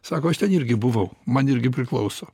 sako aš ten irgi buvau man irgi priklauso